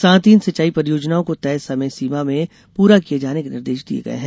साथ ही इन सिंचाई परियोजनाओं को तय समय सीमा में पूरा किये जाने के निर्देश दिये गये हैं